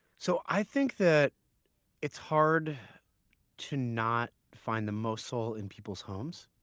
so i think that it's hard to not find the most soul in people's homes.